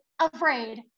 afraid